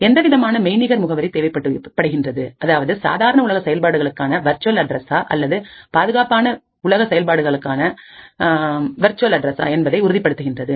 எந்தவிதமான மெய்நிகர் முகவரி தேவைப்படுகின்றது அதாவது சாதாரண உலக செயல்பாடுகளுக்கான வெர்ச்சுவல் அட்ரசா அல்லது பாதுகாப்பான உலக செயல்பாடுகளுக்கான வெர்ச்சுவல் அட்ரசா என்பதை உறுதிப்படுத்துகின்றது